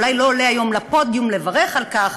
הוא אולי לא עולה היום לפודיום לברך על כך,